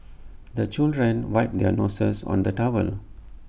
the children wipe their noses on the towel